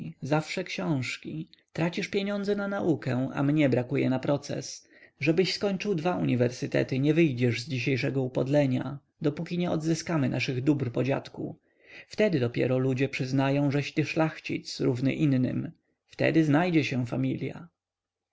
zawsze książki tracisz pieniądze na naukę a mnie brakuje na proces żebyś skończył dwa uniwersytety nie wyjdziesz z dzisiejszego upodlenia dopóki nie odzyskamy naszych dóbr po dziadku wtedy dopiero ludzie przyznają żeś ty szlachcic równy innym wtedy znajdzie się familia